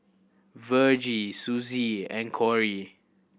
Virgie Suzy and Kory